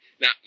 now